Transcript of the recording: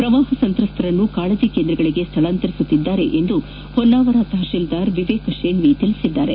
ಪ್ರವಾಹ ಸಂತ್ರಸ್ತರನ್ನು ಕಾಳಜಿ ಕೇಂದ್ರಗಳಿಗೆ ಸ್ಥಳಾಂತರಿಸುತ್ತಿದ್ದಾರೆ ಎಂದು ಹೊನ್ನಾವಾರ ತಹಶೀಲ್ದಾರ್ ವೇಕ ಶೇಣ್ಣಿ ತಿಳಿಸಿದ್ದಾರೆ